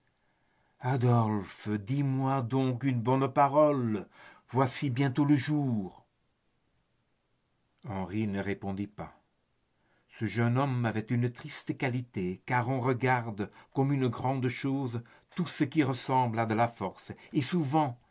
dis-moi donc une bonne parole voici bientôt le jour henri ne répondit pas ce jeune homme avait une triste qualité car on regarde comme une grande chose tout ce qui ressemble à de la force et souvent